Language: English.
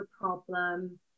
problem